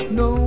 no